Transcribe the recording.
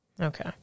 Okay